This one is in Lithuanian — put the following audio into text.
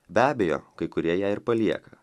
be abejo kai kurie ją ir palieka